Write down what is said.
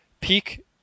Peak